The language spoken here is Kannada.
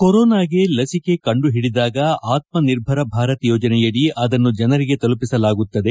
ಕೊರೊನಾಗೆ ಲಸಿಕೆ ಕಂಡುಹಿಡಿದಾಗ ಆತ್ಮನಿರ್ಭರ ಭಾರತ್ ಯೋಜನೆಯಡಿ ಅದನ್ನು ಜನರಿಗೆ ತಲುಪಿಸಲಾಗುತ್ತದೆ